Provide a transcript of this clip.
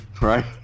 right